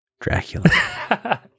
Dracula